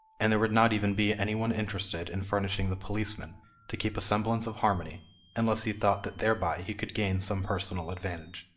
and there would not even be any one interested in furnishing the policeman to keep a semblance of harmony unless he thought that thereby he could gain some personal advantage.